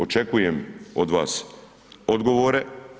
Očekujem od vas odgovore.